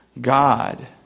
God